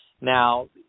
Now